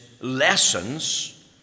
lessons